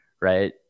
right